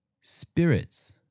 Spirits